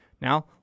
Now